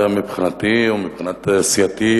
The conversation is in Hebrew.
מבחינתי ומבחינת סיעתי,